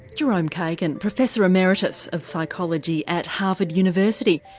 jerome kagan, professor emeritus of psychology at harvard university